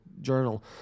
journal